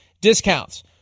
discounts